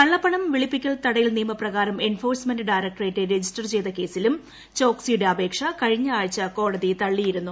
കള്ളപ്പണം വെളുപ്പിക്കൽ തടയൽ നിയമപ്രകാരം എൻഫോഴ്സ്മെന്റ് ഡയറക്ടറേറ്റ് രജിസ്റ്റർ ചെയ്ത കേസിലും ചോക്സിയുടെ അപേക്ഷ കഴിഞ്ഞ് ആഴ്ച കോടതി തള്ളിയിരുന്നു